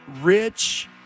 Rich